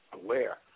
aware